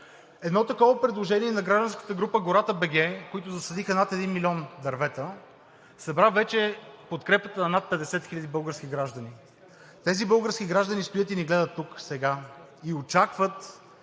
Едно такова предложение на гражданската група „Гората.бг“, които засадиха над 1 милион дървета, събра подкрепата на над 50 хиляди български граждани. Тези български граждани стоят и ни гледат тук сега и очакват